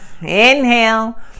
inhale